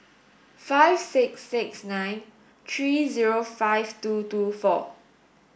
five six six nine three zero five two two four